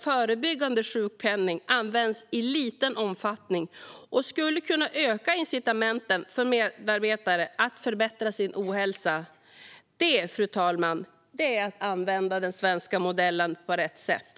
Förebyggande sjukpenning, som i dag används i liten omfattning, skulle kunna öka incitamenten för en medarbetare att förbättra sin hälsa. Det, fru talman, är att använda den svenska modellen på rätt sätt!